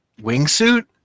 wingsuit